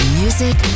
music